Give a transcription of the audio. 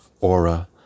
aura